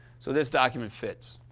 so this document fits.